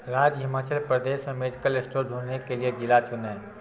राज्य हिमाचल प्रदेश में medical store ढूँढने के लिए जिला चुनें